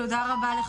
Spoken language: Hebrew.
תודה רבה.